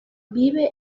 vive